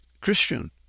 Christian